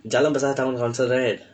jalan besar town council right